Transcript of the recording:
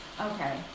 Okay